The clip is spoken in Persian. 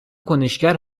کنشگر